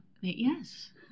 Yes